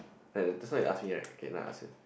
like just now you ask me right okay now I ask